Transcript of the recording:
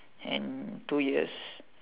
and two ears